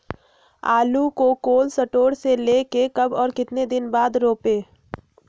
आलु को cold store से ले के कब और कितना दिन बाद रोपे?